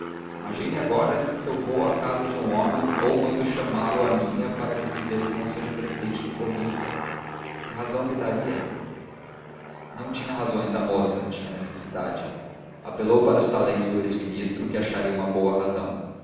imagine agora se eu vou à casa de um homem ou mando chamá-lo à minha para lhe dizer que não seja presidente de província que razão lhe daria não tinha razões a moça tinha necessidade apelou para os talentos do ex ministro que acharia uma razão